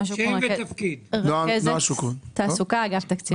אני רכזת תעסוקה באגף תקציבים.